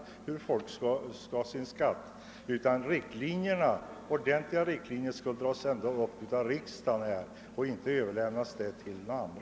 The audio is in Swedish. Det är i stället riksdagen som skall dra upp ordentliga riktlinjer för beskattningen, så att denna inte i praktiken kommer att utformas av andra instanser.